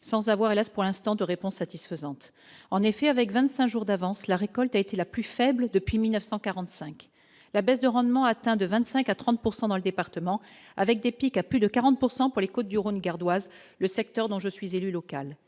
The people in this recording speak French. sans avoir, hélas, pour l'instant de réponse satisfaisante, en effet, avec 25 jours d'avance, la récolte a été la plus faible depuis 1945 la baisse de rendement atteint de 25 à 30 pourcent dans le département, avec des pics à plus de 40 pourcent pour les du Rhône gardoise, le secteur dont je suis élue locale